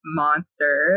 monster